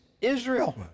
Israel